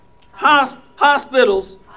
Hospitals